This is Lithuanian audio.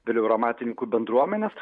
vėliau ir amatininkų bendruomenės